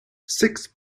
six